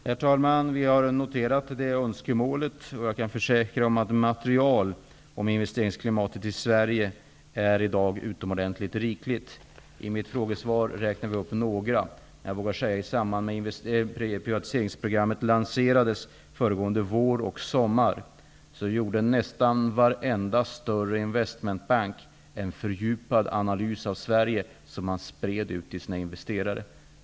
Herr talman! Vi har noterat det önskemålet. Jag kan försäkra att det i dag finns rikligt med material om investeringsklimatet i Sverige. I mitt svar räknar jag upp några exempel. I samband med att privatiseringsprorammet lanserades förra våren och sommaren gjorde nästan varenda större investmentbank en fördjupad analys av Sverige, som man spred till sina investerare.